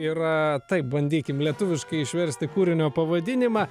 yra taip bandykim lietuviškai išversti kūrinio pavadinimą